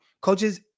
coaches